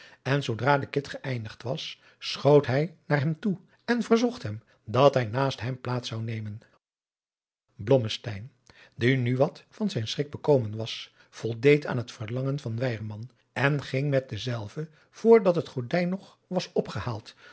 en zoodra de cid geeindigd was schoot hij naar hem toe en verzocht hem dat hij naast hem plaats zou nemen blommesteyn die nu wat van zijn schrik bekomen was voldeed aan het verlangen van weyerman en ging met denzelven voor dat het gordijn nog was opgehaald